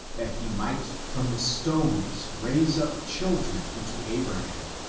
that he might from the stones raise up children unto abraham,